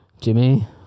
Jimmy